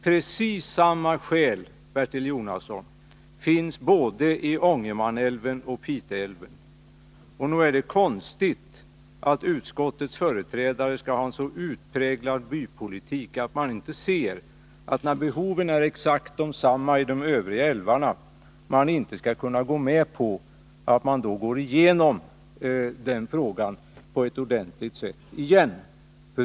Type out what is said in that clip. Precis samma skäl, Bertil Jonasson, finns både i Ångermanälven och i Pite älv. Nog är det konstigt att utskottets företrädare skall driva en så utpräglad bypolitik att man inte, när behoven är exakt desamma i de övriga älvarna, skall kunna gå med på att den frågan gås igenom på ett ordentligt sätt igen.